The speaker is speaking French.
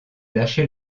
lâcher